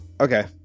Okay